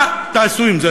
מה תעשו עם זה?